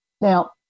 Now